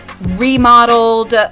remodeled